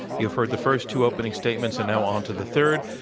you have heard the first two opening statements and now onto the third.